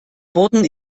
wurden